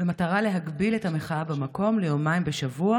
במטרה להגביל את המחאה במקום ליומיים בשבוע